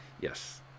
Yes